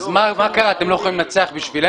מה קרה, אתם לא יכולים לנצח בשבילנו?